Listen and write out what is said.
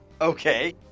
Okay